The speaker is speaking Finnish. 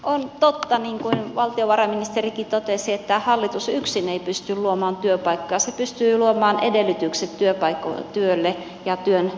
on totta niin kuin valtiovarainministerikin totesi että hallitus yksin ei pysty luomaan työpaikkoja se pystyy luomaan edellytykset työlle ja työn tekemiselle